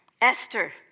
Esther